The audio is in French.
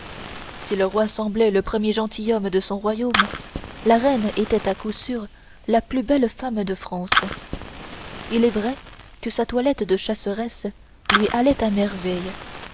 si le roi semblait le premier gentilhomme de son royaume la reine était à coup sûr la plus belle femme de france il est vrai que sa toilette de chasseresse lui allait à merveille